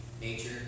nature